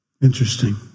interesting